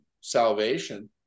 salvation